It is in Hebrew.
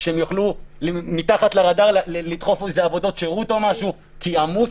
שהם יוכלו לדחוף מתחת לרדאר עבודות שירות או משהו כי עמוס